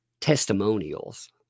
testimonials